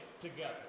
together